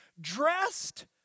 dressed